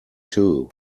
two